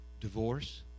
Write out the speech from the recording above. divorce